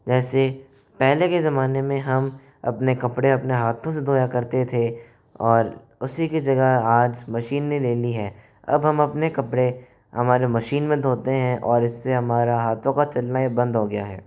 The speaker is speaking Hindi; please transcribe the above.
जैसे पहले के ज़माने में हम अपने कपड़े अपने हाथों से धोया करते थे और उसी की जगह आज मशीन ने ले ली है अब हम अपने कपड़े हमारे मशीन में धोते हैं और इससे हमारा हाथों का चलना ही बंद हो गया है